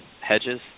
hedges